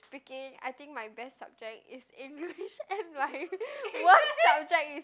freaking I think my best subject is English and my worst subject is